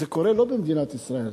זה קורה לא במדינת ישראל,